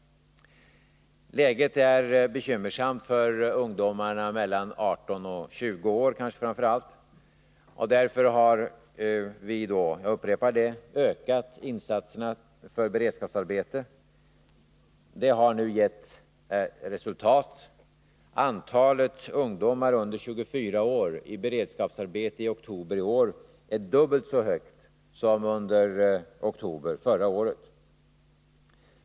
Läget är bekymmersamt för ungdomarna, framför allt för dem som är mellan 18 och 20 år, och därför har vi — jag upprepar det — ökat insatserna för Nr 27 beredskapsarbete. Det har nu gett resultat: Antalet ungdomar under 24 år i beredskapsarbete var i oktober i år dubbelt så högt som i oktober förra året.